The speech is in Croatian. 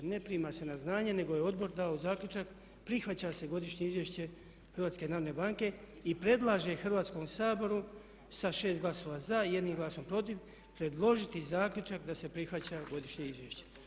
Ne prima se na znanje nego je odbor dao zaključak prihvaća se Godišnje izvješće HNB-a i predlaže Hrvatskom saboru sa 6 glasova za, 1 glasom protiv predložiti zaključak da se prihvaća godišnje izvješće.